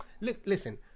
Listen